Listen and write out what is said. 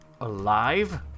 alive